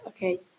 Okay